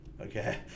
okay